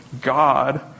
God